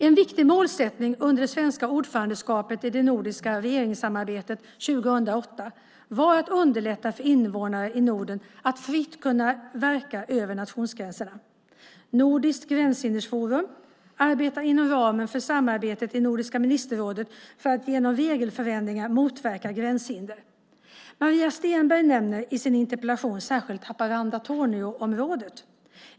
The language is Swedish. En viktig målsättning under det svenska ordförandeskapet i det nordiska regeringsarbetet 2008 var att underlätta för invånarna i Norden att fritt kunna verka över nationsgränserna. Nordiskt gränshindersforum arbetar inom ramen för samarbetet i Nordiska ministerrådet för att genom regelförändringar motverka gränshinder. Maria Stenberg nämner i sin interpellation särskilt Haparanda-Torneå-området.